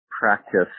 practice